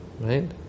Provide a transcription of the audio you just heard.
Right